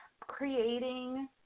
creating